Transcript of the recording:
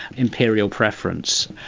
imperial preference.